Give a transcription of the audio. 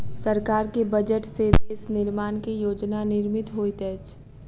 सरकार के बजट से देश निर्माण के योजना निर्मित होइत अछि